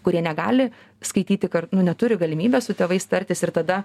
kurie negali skaityti nu neturi galimybės su tėvais tartis ir tada